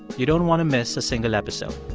you don't want to miss a single episode.